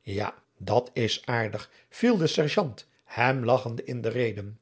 ja dat is aardig viel de serjant hem lagchende in de reden